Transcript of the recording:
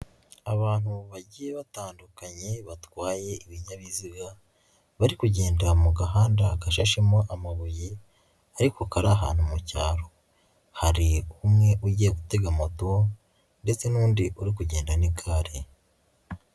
Abantu bagiye batandukanye batwaye ibinyabiziga bari kugendera mu gahanda agashashemo amabuye ariko kari ahantu mu cyaro. Hari umwe ugiye gutega moto ndetse n'undi uri kugenda n'igare.